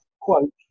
quote